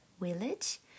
village